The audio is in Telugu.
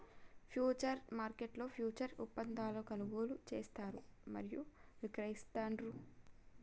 ఫ్యూచర్స్ మార్కెట్లో ఫ్యూచర్స్ ఒప్పందాలను కొనుగోలు చేస్తారు మరియు విక్రయిస్తాండ్రు